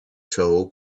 show